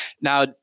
Now